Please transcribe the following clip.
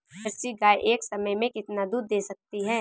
Jersey गाय एक समय में कितना दूध दे सकती है?